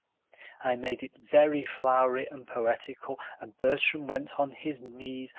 i made it very flowery and poetical and bertram went on his knees,